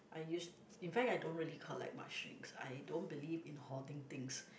I used in fact I don't really collect much things I don't believe in hoarding things